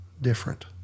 different